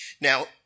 Now